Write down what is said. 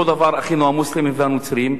אותו דבר אחינו המוסלמים והנוצרים,